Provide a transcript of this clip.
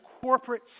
corporate